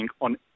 on